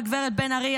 הגב' בן ארי,